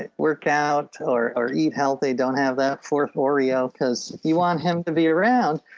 and workout or or eat healthy, don't have that for oreo because you want him to be around.